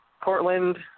Portland